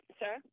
sir